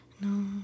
No